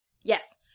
yes